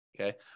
Okay